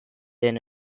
and